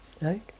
Right